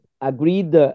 agreed